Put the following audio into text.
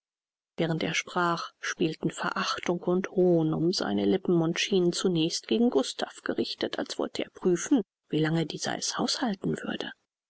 während er sprach spielten verachtung und hohn um seine lippen und schienen zunächst gegen gustav gerichtet als wollte er prüfen wie lange dieser es aushalten würde